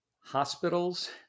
hospitals